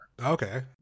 Okay